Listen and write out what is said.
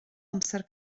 amser